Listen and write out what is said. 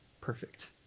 perfect